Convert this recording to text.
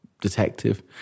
detective